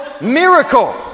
miracle